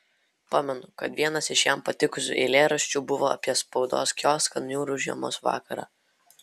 pamenu kad vienas iš jam patikusių eilėraščių buvo apie spaudos kioską niūrų žiemos vakarą